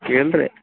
ಇಲ್ಲ ರೀ